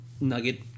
nugget